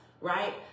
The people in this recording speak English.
right